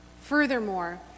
Furthermore